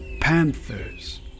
panthers